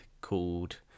called